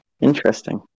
interesting